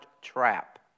trap